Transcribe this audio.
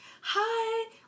hi